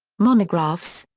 monographs,